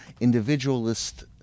individualist